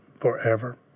forever